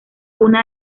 una